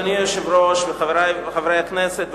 אדוני היושב-ראש וחברי חברי הכנסת,